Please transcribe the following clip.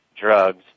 drugs